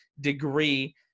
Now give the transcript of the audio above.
degree